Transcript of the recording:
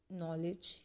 knowledge